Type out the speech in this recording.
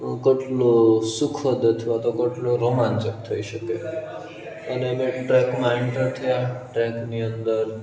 કેટલો સુખદ અથવા તો કેટલો રોમાંચક થઈ શકે અને અમે ટ્રેકમાં એન્ટર થયા ટ્રેકની અંદર